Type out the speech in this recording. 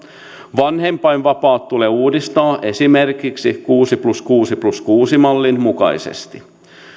vanhempainvapaat tulee uudistaa esimerkiksi kuusi plus kuusi plus kuusi mallin mukaisesti